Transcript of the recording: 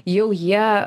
jau jie